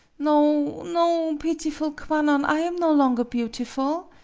no no pitiful kwannon, i am no longer beautiful!